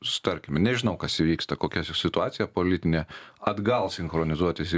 sutarkime nežinau kas įvyksta kokia situacija politinė atgal sinchronizuotis į